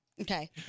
Okay